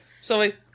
Sorry